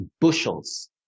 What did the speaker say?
bushels